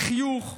בחיוך,